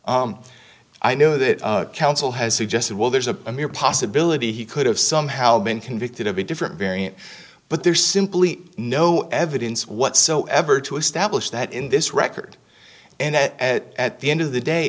i know that counsel has suggested well there's a mere possibility he could have somehow been convicted of a different variant but there's simply no evidence whatsoever to establish that in this record and at the end of the day